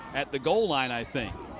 at the goalline, i think.